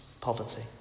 poverty